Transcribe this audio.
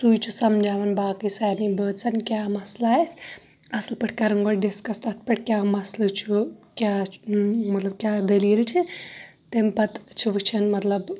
سُے چھُ سَمجاوان باقی سارنی بٲژَن کیاہ مَسلہٕ آسہِ اَصل پٲٹھۍ کَران گۄڈٕ ڈِسکَس تَتھ پیٹھ کیاہ مَسلہٕ چھُ کیاہ مَطلَب کیاہ دلیل چھِ تمہِ پَتہٕ چھِ وٕچھان مَطلَب